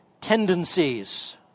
tendencies